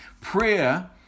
Prayer